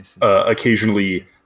occasionally